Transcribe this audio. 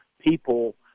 people